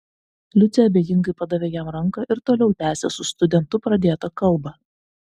liucė abejingai padavė jam ranką ir toliau tęsė su studentu pradėtą kalbą